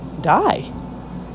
die